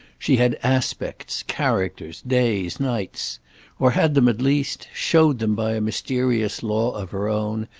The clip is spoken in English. she had aspects, characters, days, nights or had them at least, showed them by a mysterious law of her own,